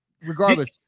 regardless